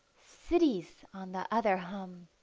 cities on the other hum